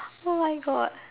oh my God